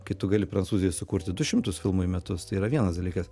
kai tu gali prancūzijoj sukurti du šimtus filmų į metus tai yra vienas dalykas